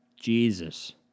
Jesus